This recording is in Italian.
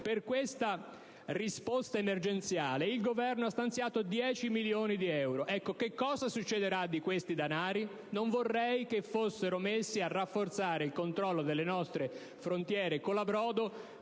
Per questa risposta emergenziale il Governo ha stanziato 10 milioni di euro. Cosa succederà di questi danari? Non vorrei che fossero impiegati per rafforzare il controllo delle nostre "frontiere colabrodo"